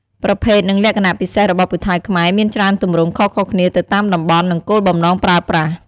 ប្រភេទ និងលក្ខណៈពិសេសរបស់ពូថៅខ្មែរមានច្រើនទម្រង់ខុសៗគ្នាទៅតាមតំបន់ និងគោលបំណងប្រើប្រាស់។